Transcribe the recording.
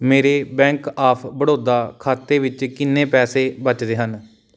ਮੇਰੇ bank of Baroda ਖਾਤੇ ਵਿੱਚ ਕਿੰਨੇ ਪੈਸੇ ਬਚਦੇ ਹਨ